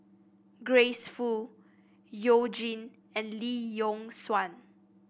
Grace Fu You Jin and Lee Yock Suan